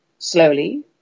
Slowly